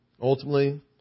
Ultimately